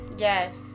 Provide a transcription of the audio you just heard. Yes